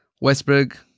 Westbrook